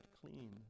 clean